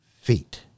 feet